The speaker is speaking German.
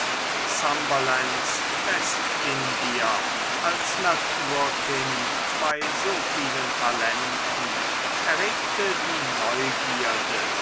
cumberlands westindier als naturkind bei so vielen talenten erregte die neugierde